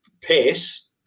pace